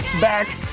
back